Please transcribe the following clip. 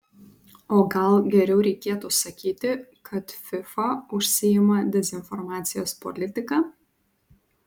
o gal geriau reikėtų sakyti kad fifa užsiima dezinformacijos politika